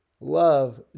Love